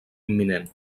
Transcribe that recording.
imminent